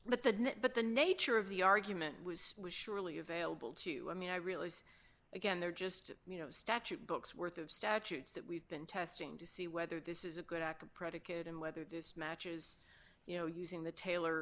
but the but the nature of the argument was surely available to me i realize again they're just you know statute books worth of statutes that we've been testing to see whether this is a good actor predicate and whether this matches you know using the taylor